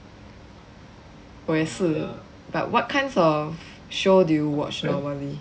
我也是 but what kind of show do you watch normally